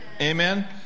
Amen